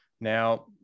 Now